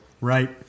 Right